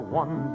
one